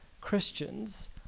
Christians